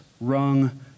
rung